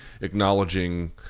acknowledging